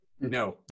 No